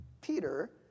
Peter